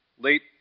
Late